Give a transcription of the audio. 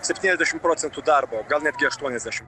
septyniasdešim procentų darbo gal netgi aštuoniasdešim